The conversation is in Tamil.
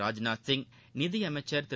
ராஜ்நாத் சிங் நிதியமைச்சா் திரு